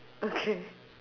okay